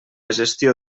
gestió